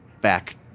back